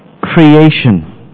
creation